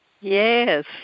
Yes